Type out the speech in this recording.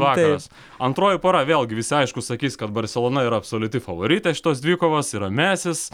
vakaras antroji pora vėlgi visi aišku sakys kad barselona yra absoliuti favoritė šitos dvikovos yra mesis